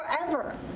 forever